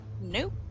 Nope